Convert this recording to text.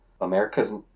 America's